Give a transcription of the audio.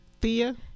Thea